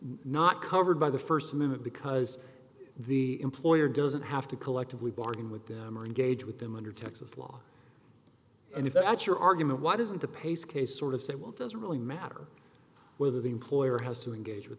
not covered by the first minute because the employer doesn't have to collectively bargain with them or engage with them under texas law and if that's your argument why doesn't the pace case sort of say well it doesn't really matter whether the employer has to engage with